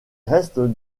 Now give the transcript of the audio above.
restes